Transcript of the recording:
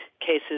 cases